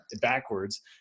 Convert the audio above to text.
backwards